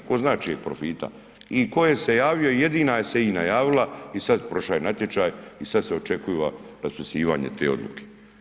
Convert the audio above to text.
Tko zna čijeg profita i tko je se javio, jedina se INA javila i sad prošao je natječaj i sad se očekuje raspisivanje te odluke.